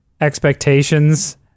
expectations